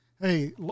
Hey